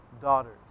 daughters